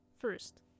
First